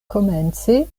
komence